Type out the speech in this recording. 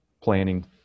planning